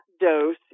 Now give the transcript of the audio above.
dose